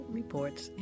reports